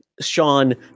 Sean